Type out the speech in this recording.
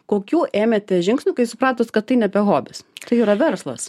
kokių ėmėtės žingsnių kai supratot kad tai nebe hobis tai yra verslas